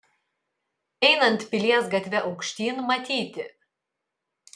einant pilies gatve aukštyn matyti